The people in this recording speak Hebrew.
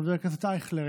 חבר הכנסת אייכלר,